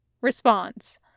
Response